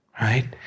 right